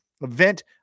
event